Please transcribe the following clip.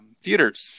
theaters